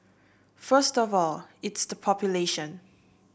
first of all it's the population